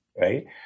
right